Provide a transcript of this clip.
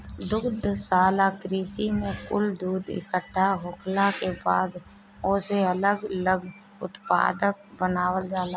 दुग्धशाला कृषि में कुल दूध इकट्ठा होखला के बाद ओसे अलग लग उत्पाद बनावल जाला